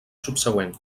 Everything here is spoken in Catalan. subsegüent